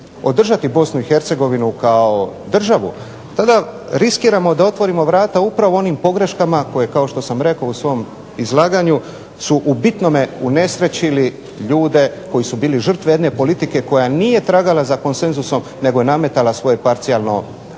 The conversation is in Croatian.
održati BiH kao državu tada riskiramo da otvorimo vrata upravo onim pogreškama koje kao što sam rekao u svom izlaganju su u bitnome unesrećili ljude koji su bili žrtve jedne politike koja nije tragala za konsenzusom nego je nametala svoje parcijalno rješenje.